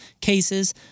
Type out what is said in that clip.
cases